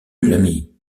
l’ami